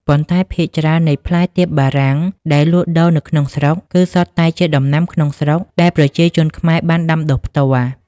ប៉ុន្តែភាគច្រើននៃផ្លែទៀបបារាំងដែលលក់ដូរនៅក្នុងស្រុក គឺសុទ្ធតែជាដំណាំក្នុងស្រុកដែលប្រជាជនខ្មែរបានដាំដុះផ្ទាល់។